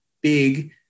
big